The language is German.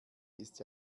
ist